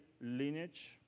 lineage